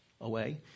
away